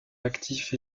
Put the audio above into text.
actifs